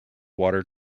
water